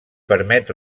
permet